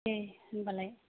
दे होमबालाय